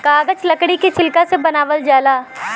कागज लकड़ी के छिलका से बनावल जाला